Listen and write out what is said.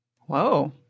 Whoa